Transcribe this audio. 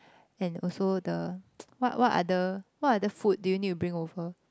and also the what what other what other food do you need to bring over